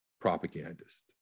propagandist